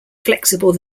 flexible